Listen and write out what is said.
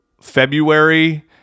February